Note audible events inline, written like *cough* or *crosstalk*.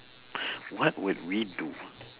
*breath* what would we do